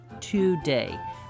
today